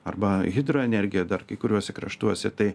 arba hidroenergija dar kai kuriuose kraštuose tai